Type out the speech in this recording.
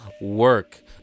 work